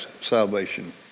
salvation